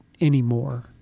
anymore